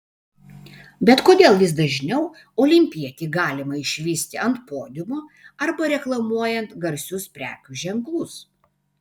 bet kodėl vis dažniau olimpietį galima išvysti ant podiumo arba reklamuojant garsius prekių ženklus